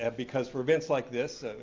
and because for events like this.